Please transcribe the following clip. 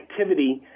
activity